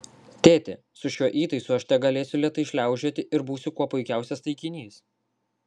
tėti su šiuo įtaisu aš tegalėsiu lėtai šliaužioti ir būsiu kuo puikiausias taikinys